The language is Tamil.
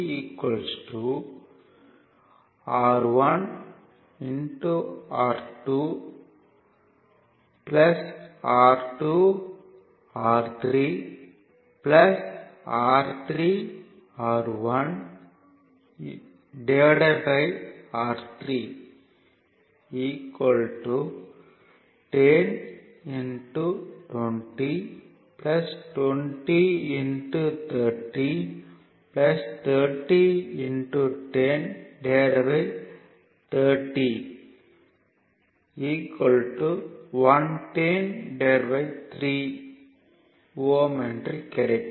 Rc R1R2 R2 R3 R3 R1R3 10 20 20 30 30 10 30 1103 Ω என்று கிடைக்கும்